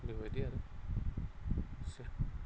बेबायदि आरो